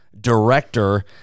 director